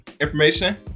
information